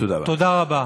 תודה רבה.